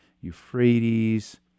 Euphrates